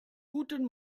guten